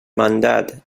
mandat